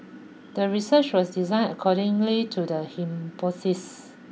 the research was designed accordingly to the hypothesis